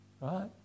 Right